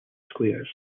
squares